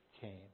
came